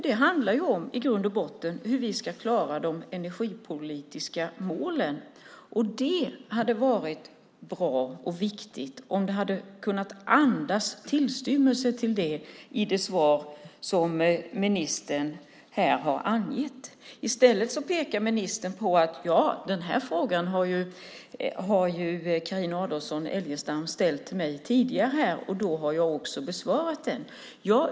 Det handlar i grund och botten om hur vi ska klara de energipolitiska målen. Det hade varit bra och viktigt om det hade kunnat andas en tillstymmelse till det i det svar som ministern här har avgett. I stället pekar ministern på att den här frågan har Carina Adolfsson Elgestam ställt till henne tidigare här och då har hon också besvarat den.